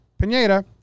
Pineda